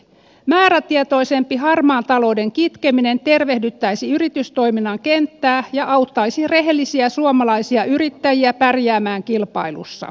määrätietoisempi harmaan talouden kitkeminen tervehdyttäisi yritystoiminnan kenttää ja auttaisi rehellisiä suomalaisia yrittäjiä pärjäämään kilpailussa